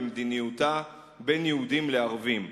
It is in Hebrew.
במדיניותה בין יהודים לערבים.